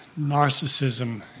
narcissism